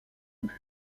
but